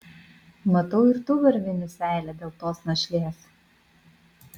matau ir tu varvini seilę dėl tos našlės